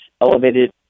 elevated